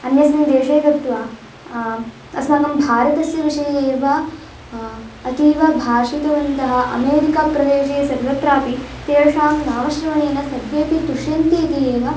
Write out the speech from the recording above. अन्यस्मिन् देशे गत्वा अस्माकं भारतस्य विषये एव अतीव भाषितवन्तः अमेरिकाप्रदेशे सर्वत्रापि तेषां नाम श्रवणेन सर्वेऽपि तुष्यन्ति इति एव